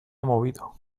movido